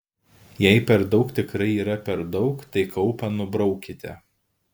jei per daug tikrai yra per daug tai kaupą nubraukite